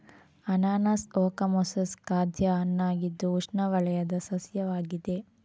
ಅನಾನಸ್ ಓಕಮೊಸಸ್ ಖಾದ್ಯ ಹಣ್ಣಾಗಿದ್ದು ಉಷ್ಣವಲಯದ ಸಸ್ಯವಾಗಿದೆ